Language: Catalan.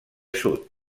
sud